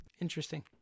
Interesting